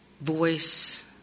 voice